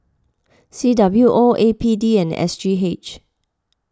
C W O A P D and S G H